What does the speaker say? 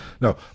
no